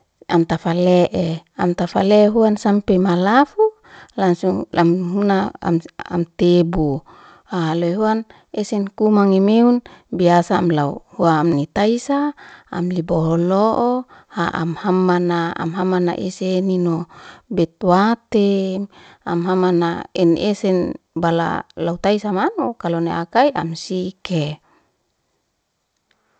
Am tafalee, am tafale huan sampe malafu, langsung lam huna amtebu. Loyhuan esen kumang emeung biasa am lau am nitaisa am liboholo o, ha am hamana. Am hamana ese eninno bitwat tem, am hanama en esen bala lautaisamano kalo nia akai am sike.